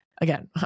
again